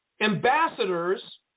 ambassadors